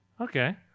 Okay